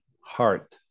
heart